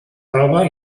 roba